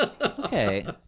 okay